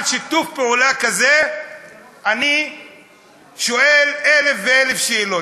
על שיתוף פעולה כזה אני שואל אלף ואלף שאלות.